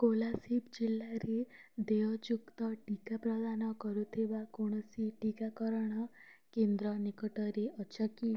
କୋଲାସିବ ଜିଲ୍ଲାରେ ଦେୟଯୁକ୍ତ ଟିକା ପ୍ରଦାନ କରୁଥିବା କୌଣସି ଟିକାକରଣ କେନ୍ଦ୍ର ନିକଟରେ ଅଛ କି